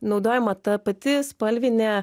naudojama ta pati spalvinė